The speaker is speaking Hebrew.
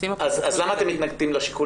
עושים --- אז למה אתם מתנגדים לשיקול